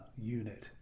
unit